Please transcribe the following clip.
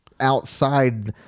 outside